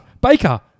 Baker